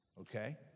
okay